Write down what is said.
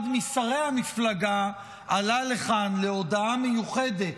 אחד משרי המפלגה עלה לכאן להודעה מיוחדת,